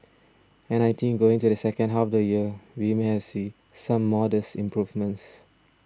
and I think going to the second half of the year we may have see some modest improvements